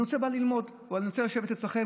הוא בא ללמוד, אני רוצה לשבת אצלכם.